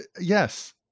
yes